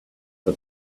for